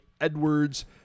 Edwards